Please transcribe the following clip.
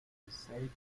reflecting